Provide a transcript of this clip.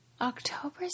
October